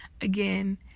again